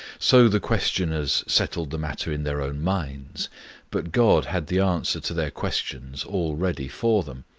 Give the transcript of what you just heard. so the questioners settled the matter in their own minds but god had the answer to their questions all ready for them.